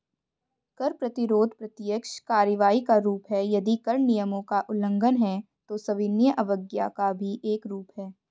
कर प्रतिरोध प्रत्यक्ष कार्रवाई का रूप है, यदि कर नियमों का उल्लंघन है, तो सविनय अवज्ञा का भी एक रूप है